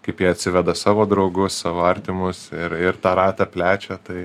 kaip jie atsiveda savo draugus savo artimus ir ir tą ratą plečia tai